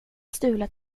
stulet